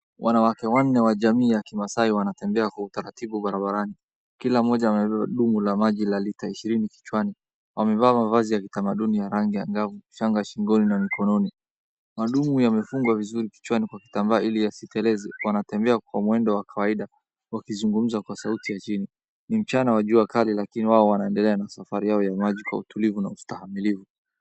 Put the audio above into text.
Wanawake wanne wa jamii ya Kimasai wanatembea kwa utaratibu barabarani kila mmoja amebeba dumu la maji la lita ishirini kichwani. Wamevaa mavazi ya kitamaduni ya rangi angavu na shanga shingoni na mikononi. Madumu yamefungwa vizuri kichwani kwa vitambaa, ili yasiteleze, wanatembeakwa mwendo wa kawaida huku wakizungumza kwa sauti ya chini. Ni mchana wa jua kali lakini wao wanaendelea na safari yao ya maji kwa utulivu na ustamilifu.